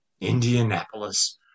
Indianapolis